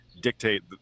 dictate